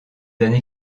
années